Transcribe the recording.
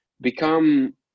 become